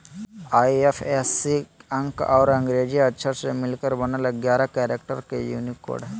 IFSC अंक और अंग्रेजी अक्षर से मिलकर बनल एगारह कैरेक्टर के यूनिक कोड हइ